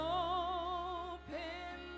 open